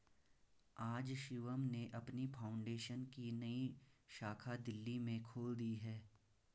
आज शिवम ने अपनी फाउंडेशन की एक नई शाखा दिल्ली में खोल दी है